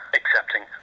accepting